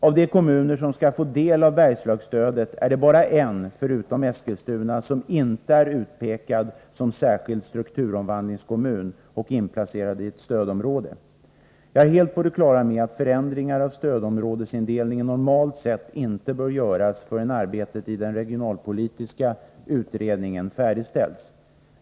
Av de kommuner som skall få del av Bergslagsstödet är det förutom Eskilstuna bara en som inte är utpekad som särskild strukturomvandlingskommun och inplacerad i ett stödområde. Jag är helt på det klara med att förändringar av stödområdesindelningen normalt sett inte bör göras förrän arbetet i den regionalpolitiska utredningen färdigställts.